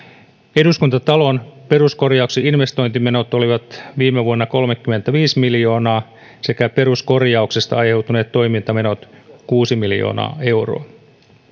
eduskuntatalon peruskorjauksen investointimenot olivat viime vuonna kolmekymmentäviisi miljoonaa ja peruskorjauksesta aiheutuneet toimintamenot kuusi miljoonaa euroa